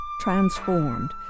Transformed